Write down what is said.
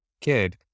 kid